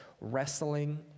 wrestling